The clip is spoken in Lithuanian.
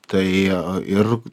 tai ir